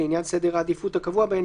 לעניין סדר העדיפות הקבוע בהן,